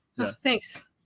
Thanks